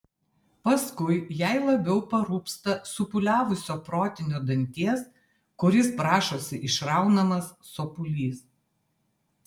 paskui jai labiau parūpsta supūliavusio protinio danties kuris prašosi išraunamas sopulys